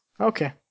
Okay